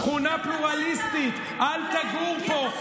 שכונה פלורליסטית: אל תגור פה,